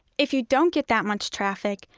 if you don't get that much traffic,